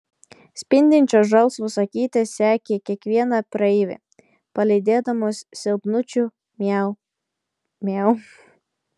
spindinčios žalsvos akytės sekė kiekvieną praeivį palydėdamos silpnučiu miau miau